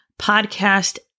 podcast